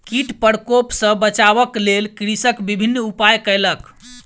कीट प्रकोप सॅ बचाबक लेल कृषक विभिन्न उपाय कयलक